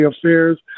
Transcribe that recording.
affairs